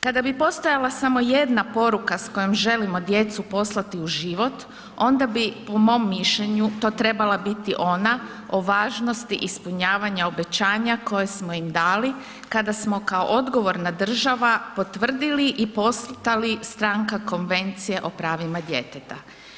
Kada bi postojala samo jedna poruka s kojom želimo djecu poslati u život onda bi po mom mišljenju to trebala biti ona o važnosti ispunjavanja obećanja koje smo im dali koje smo kao odgovorna država potvrdili i postali stranka Konvencije o pravima djeteta.